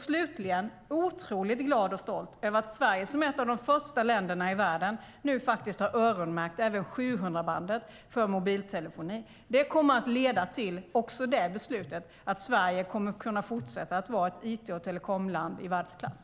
Slutligen är jag otroligt glad och stolt över att Sverige som ett av de första länderna i världen nu har öronmärkt även 700-bandet för mobiltelefoni. Även det beslutet kommer att leda till att Sverige kommer att kunna fortsätta vara ett it och telekomland i världsklass.